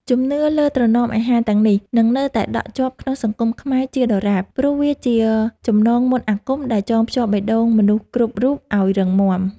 ជំនឿលើត្រណមអាហារទាំងនេះនឹងនៅតែដក់ជាប់ក្នុងសង្គមខ្មែរជាដរាប ព្រោះវាជាចំណងមន្តអាគមដែលចងភ្ជាប់បេះដូងមនុស្សគ្រប់រូបឱ្យរឹងមាំ។